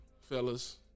fellas